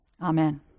amen